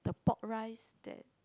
the pork rice that